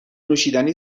نوشیدنی